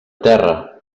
terra